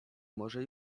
może